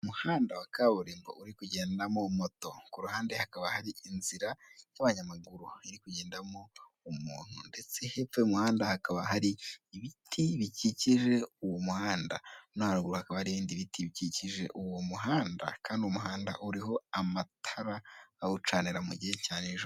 Umuhanda wa kaburimbo uri kugendamo moto, kuruhande hakaba hari inzira ya abanyamaguru irikugendamo umuntu ndetse hepho y'umuhanda hakaba hari ibiti bikikije uwo muhanda no haruguru hakaba hari ibindi biti bikikije uwo muhanda, kandi uwo muhanda uriho amatara awucanira mugihe cya nijoro.